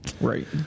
Right